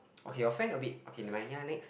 okay your friend a bit okay never mind ya next